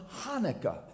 Hanukkah